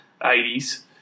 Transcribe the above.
80s